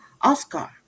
Oscar